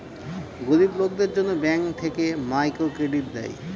গরিব লোকদের জন্য ব্যাঙ্ক থেকে মাইক্রো ক্রেডিট দেয়